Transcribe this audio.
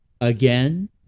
again